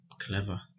Clever